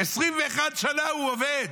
21 שנה הוא עובד,